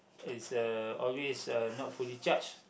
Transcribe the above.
is a always uh not fully charged